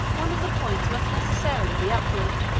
one of the points must necessarily be upward,